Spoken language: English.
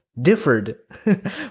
differed